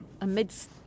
amidst